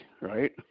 right